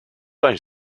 anys